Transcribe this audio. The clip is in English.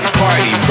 party